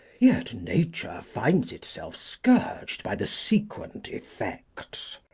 yet nature finds itself scourg'd by the sequent effects.